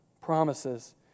promises